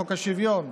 השוויון.